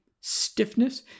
stiffness